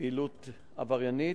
פעילות עבריינית,